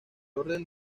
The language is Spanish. orden